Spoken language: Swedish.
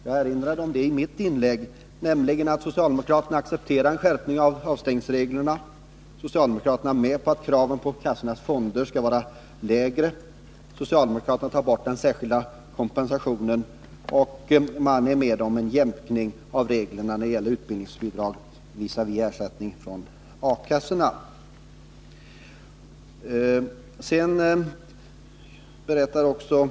Jag erinrade i mitt inlägg om att socialdemokraterna accepterade en skärpning av avstängningsreglerna, om att socialdemokraterna var med på 2 Riksdagens protokoll 1982/83:52-53 kraven om lägre A-kassefonder och på borttagande av den särskilda kompensationen och om att de gick med på en jämkning av reglerna om utbildningsbidrag resp. ersättning från A-kassorna.